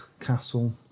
Castle